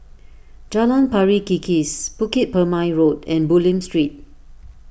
Jalan Pari Kikis Bukit Purmei Road and Bulim Street